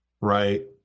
right